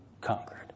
conquered